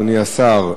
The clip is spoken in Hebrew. אדוני השר,